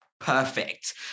perfect